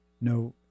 no